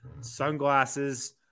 sunglasses